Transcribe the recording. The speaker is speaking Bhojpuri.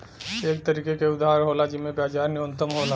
एक तरीके के उधार होला जिम्मे ब्याज न्यूनतम होला